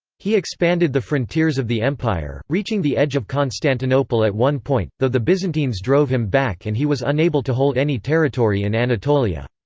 he expanded the frontiers of the empire, reaching the edge of constantinople at one point, though the byzantines drove him back and he was unable to hold any territory in anatolia.